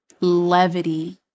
levity